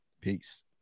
Peace